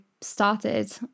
started